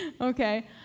Okay